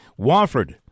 Wofford